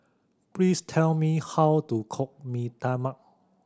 please tell me how to cook Mee Tai Mak